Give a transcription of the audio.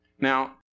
Now